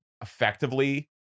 effectively